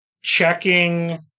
Checking